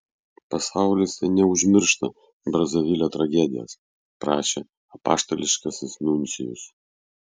pasaulis teneužmiršta brazavilio tragedijos prašė apaštališkasis nuncijus